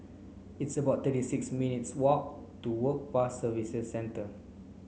it's about thirty six minutes' walk to Work Pass Service Centre